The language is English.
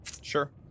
sure